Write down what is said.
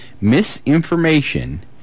misinformation